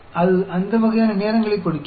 அது அந்த வகையான நேரங்களைக் கொடுக்கிறது